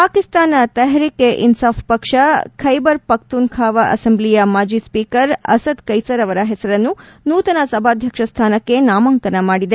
ಪಾಕಿಸ್ತಾನ್ ತೆಹರಿಕ್ ಇ ಇನಾಫ್ ಪಕ್ಷ ಬೈಬರ್ ಪಕ್ತುನ್ಬಾವ ಅಸೆಂಬ್ಲಿಯ ಮಾಜಿ ಸ್ವೀಕರ್ ಅಸದ್ ಕೈಸರ್ ಅವರ ಹೆಸರನ್ನು ನೂತನ ಸಭಾಧ್ಯಕ್ಷ ಸ್ಥಾನಕ್ಕೆ ನಾಮಾಂಕನ ಮಾಡಿದೆ